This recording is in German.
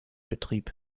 betrieb